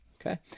Okay